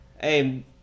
Hey